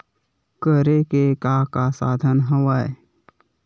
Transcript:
करे के का का साधन हवय?